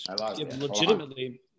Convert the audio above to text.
legitimately